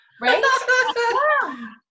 right